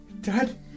Dad